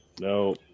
no